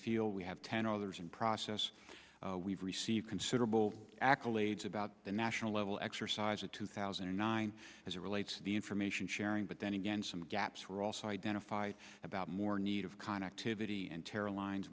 field we have ten others in process we've received considerable accolades about the national level exercise of two thousand and nine as it relates the information sharing but then again some gaps we're also identified about more need of kind activity and caroline